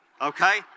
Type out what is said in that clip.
okay